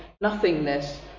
nothingness